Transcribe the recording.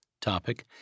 topic